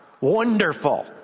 Wonderful